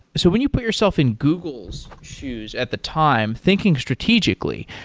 so when you put yourself in google's shoes at the time thinking strategically,